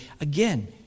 Again